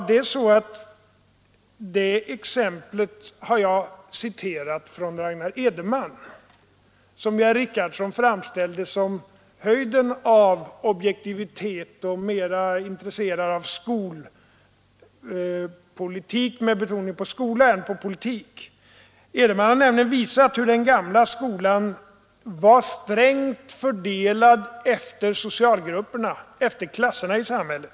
Det är faktiskt så att detta har jag citerat från Ragnar Edenman, vars inställning herr Richardson framställde som höjden av objektivitet: herr Richardson menade att Ragnar Edenman var mera intresserad av skolpolitik med kraftigare betoning på skola än på politik. Ragnar Edenman har visat hur den gamla skolan var strängt fördelad efter socialgrupperna, efter klasserna i samhället.